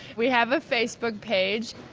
we have a facebook page,